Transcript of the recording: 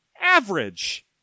average